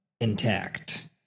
intact